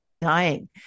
dying